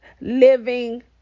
living